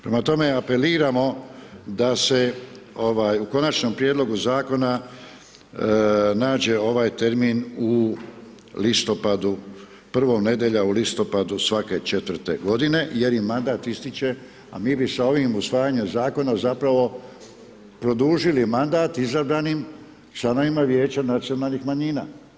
Prema tome apeliramo da se u konačnom prijedlogu zakona nađe ovaj termin u listopadu, prva nedjelja u listopadu svake četvrte godine jer im mandat ističe a mi bi sa ovim usvajanjem zakona zapravo produžili mandat izabranim članovima vijeća nacionalnih manjina.